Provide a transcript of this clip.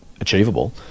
achievable